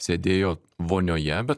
sėdėjo vonioje bet